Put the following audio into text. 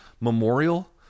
Memorial